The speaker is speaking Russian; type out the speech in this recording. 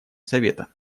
совета